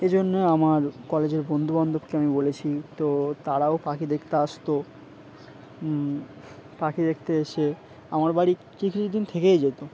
এই জন্যে আমার কলেজের বন্ধুবান্ধবকে আমি বলেছি তো তারাও পাখি দেখতে আসত পাখি দেখতে এসে আমার বাড়ি কি কিছুদিন থেকেই যেত